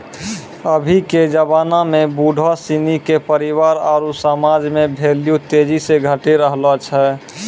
अभी के जबाना में बुढ़ो सिनी के परिवार आरु समाज मे भेल्यू तेजी से घटी रहलो छै